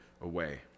away